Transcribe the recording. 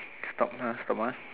stop lah stop us